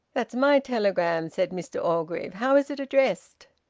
that's my telegram, said mr orgreave. how is it addressed?